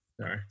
Sorry